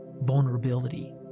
vulnerability